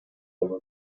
over